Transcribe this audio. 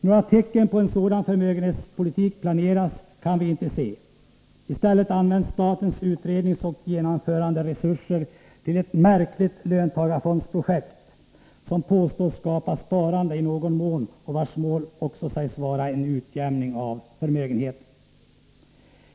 Några tecken på att en sådan förmögenhetspolitik planeras kan vi inte se. I stället används statens utredningsoch genomföranderesurser till ett märkligt löntagarfondsprojekt, som påstås skapa sparande i någon mån och vars mål också sägs vara en utjämning av förmögenhetsbildningen.